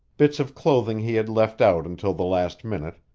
bits of clothing he had left out until the last minute,